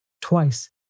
Twice